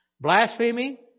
blasphemy